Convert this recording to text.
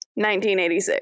1986